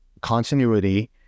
continuity